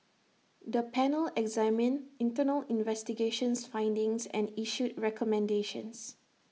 the panel examined internal investigations findings and issued recommendations